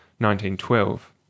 19.12